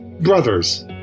brothers